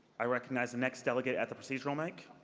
i recognize the next delegate at the procedural mic.